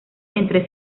entre